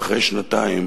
שאחרי שנתיים